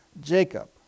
Jacob